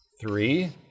three